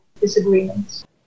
disagreements